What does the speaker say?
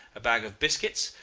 a bag of biscuits,